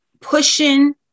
pushing